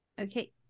okay